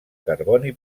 carboni